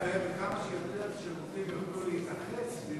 וכמה שיותר שירותים יוכלו להתאחד סביב,